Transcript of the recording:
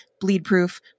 bleed-proof